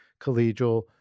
collegial